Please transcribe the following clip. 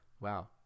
Wow